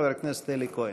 חבר הכנסת אלי כהן.